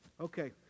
Okay